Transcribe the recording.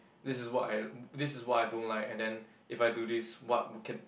this is what I this is what I don't like and then if I do this what can